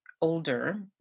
older